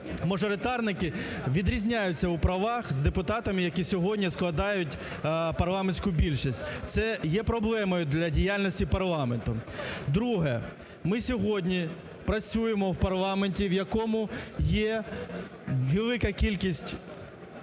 депутати-мажоритарники, відрізняються у правах з депутатами, які сьогодні складають парламентську більшість. Це є проблемою для діяльності парламенту. Друге. Ми сьогодні працюємо в парламенті, в якому є велика кількість